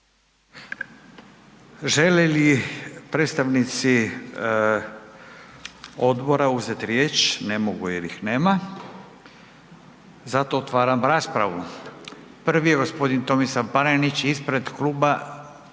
Želi li predstavnici odbora uzeti riječ? Ne mogu jer ih nema. Zato otvaram raspravu. Prvi je gospodin Tomislav Panenić ispred Kluba